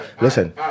listen